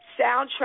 soundtrack